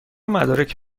مدارک